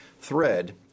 thread